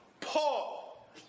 Paul